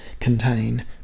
contain